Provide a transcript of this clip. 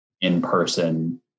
in-person